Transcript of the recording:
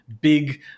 big